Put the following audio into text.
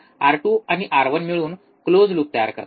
R2 आणि R1 मिळून close loop तयार करतात